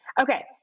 Okay